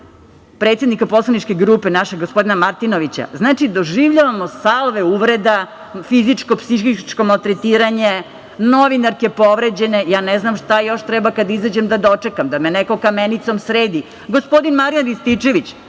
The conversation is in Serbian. predsednika poslaničke grupe, gospodina Martinovića. Znači, doživljavamo salve uvreda, fizičko, psihičko maltretiranje, novinarke povređene. Ja ne znam šta još treba kad izađem da dočekam? Da me neko kamenicom sredi? Gospodin Marijan Rističević,